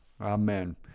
Amen